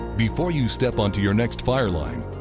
before you step onto your next fire line,